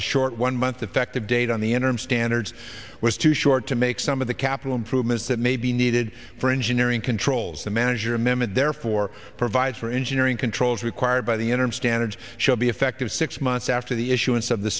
the short one month effective date on the interim standards was too short to make some of the capital improvements that may be needed for engineering controls the manager mehmet therefore provides for engineering controls required by the interim standards should be effective six months after the issu